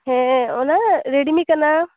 ᱦᱮᱸ ᱚᱱᱟ ᱨᱮᱰᱢᱤ ᱠᱟᱱᱟ